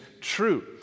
true